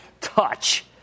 touch